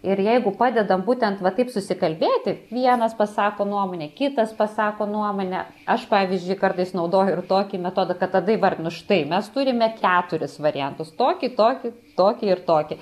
ir jeigu padeda būtent va taip susikalbėti vienas pasako nuomonę kitas pasako nuomonę aš pavyzdžiui kartais naudoju ir tokį metodą kad tada įvardinu štai mes turime keturis variantus tokį tokį tokį ir tokį